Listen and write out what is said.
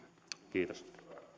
kiitos